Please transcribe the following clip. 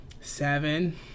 seven